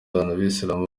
abayisilamu